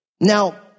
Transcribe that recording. Now